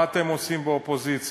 מה אתם עושים באופוזיציה?